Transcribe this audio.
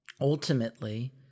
ultimately